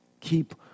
Keep